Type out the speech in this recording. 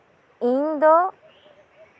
ᱤᱧ ᱫᱚ